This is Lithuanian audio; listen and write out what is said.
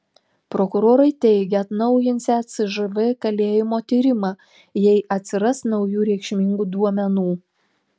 prokurorai teigia atnaujinsią cžv kalėjimo tyrimą jei atsiras naujų reikšmingų duomenų